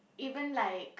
even like